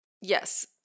Yes